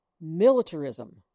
militarism